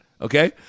Okay